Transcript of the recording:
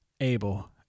able